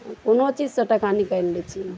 कोनो चीज से टका निकालि लै छियै